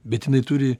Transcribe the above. bet jinai turi